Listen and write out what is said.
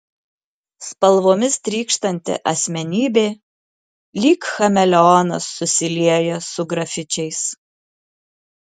spalvomis trykštanti asmenybė lyg chameleonas susilieja su grafičiais